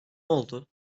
oldu